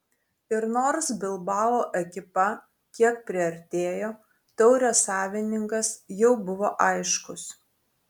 ir nors bilbao ekipa kiek priartėjo taurės savininkas jau buvo aiškus